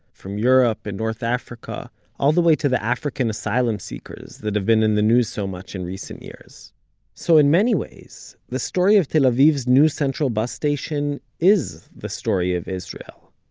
from europe and north africa all the way to the african asylum seekers that have been in the news so much in recent years so in many ways, the story of tel aviv's new central bus station is the story of israel.